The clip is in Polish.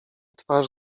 twarz